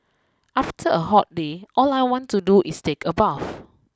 after a hot day all I want to do is take a bath